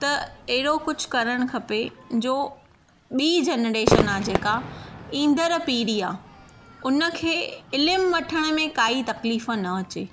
त अहिड़ो कुझु करणु खपे जो ॿीं जनरेशन आहे जेका ईंदड़ पीड़ी आहे हुनखे इल्मु वठण में काई तकलीफ़ न अचे